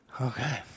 Okay